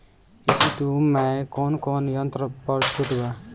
ई.सी two मै कौने कौने यंत्र पर छुट बा?